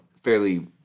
fairly